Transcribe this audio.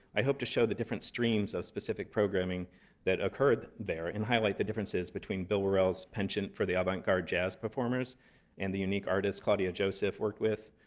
i hope to show the different streams of specific programming that occurred occurred there and highlight the differences between bill worrell's penchant for the avant garde jazz performers and the unique artists claudia joseph worked with,